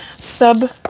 sub